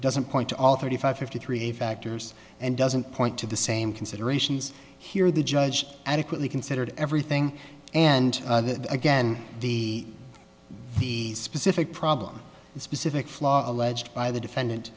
doesn't point to all thirty five fifty three factors and doesn't point to the same considerations here the judge adequately considered everything and again the the specific problem the specific flaw alleged by the defendant